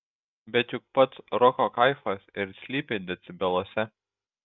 bet juk pats roko kaifas ir slypi decibeluose